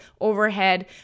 overhead